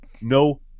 No